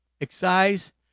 excise